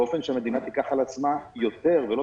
באופן שהמדינה תיקח על עצמה יותר ולא